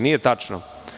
Nije tačno.